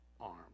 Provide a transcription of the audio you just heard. arm